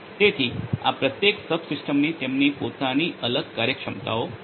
તેથી આ પ્રત્યેક સબસિસ્ટમની તેમની પોતાની અલગ કાર્યક્ષમતાઓ છે